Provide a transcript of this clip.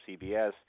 CBS